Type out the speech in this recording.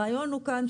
הרעיון הוא כאן,